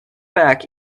back